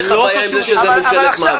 אין לך בעיה עם זה שזו ממשלת מעבר?